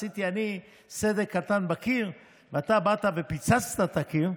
עשיתי אני סדק קטן בקיר ואתה באת ופוצצת את הקיר,